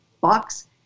box